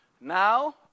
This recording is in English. now